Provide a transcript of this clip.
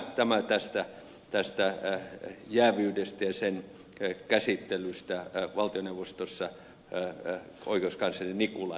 tämä tästä jääviydestä ja sen käsittelystä valtioneuvostossa oikeuskansleri nikulan aikana